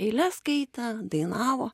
eiles skaitė dainavo